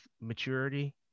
maturity